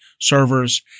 servers